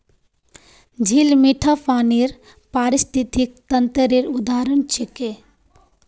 झील मीठा पानीर पारिस्थितिक तंत्रेर उदाहरण छिके